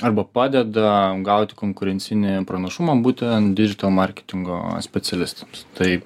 arba padeda gauti konkurencinį pranašumą būtent didžital marketingo specialistams tai